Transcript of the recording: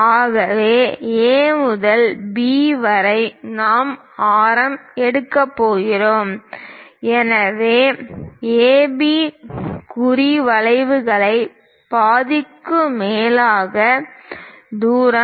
ஆகவே A முதல் B பாதி வரை நாம் ஆரம் எடுக்கப் போகிறோம் எனவே ஏபி குறி வளைவுகளில் பாதிக்கும் மேலான தூரம்